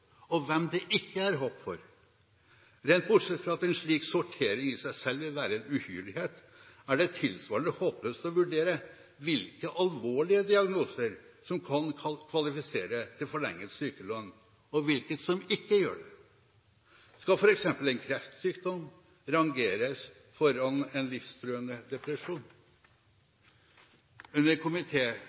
og hvem det ikke er håp for? Rent bortsett fra at en slik sortering i seg selv vil være en uhyrlighet, er det tilsvarende håpløst å vurdere hvilke alvorlige diagnoser som kan kvalifisere til forlenget sykelønn, og hvilke som ikke gjør det. Skal f.eks. en kreftsykdom rangeres foran en livstruende depresjon? Under